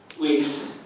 week's